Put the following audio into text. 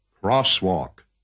Crosswalk